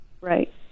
Right